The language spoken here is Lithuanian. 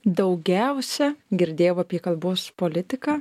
daugiausia girdėjau apie kalbos politiką